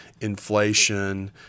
inflation